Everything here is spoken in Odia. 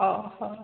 ହଉ ହଉ